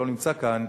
הוא לא נמצא כאן,